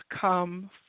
come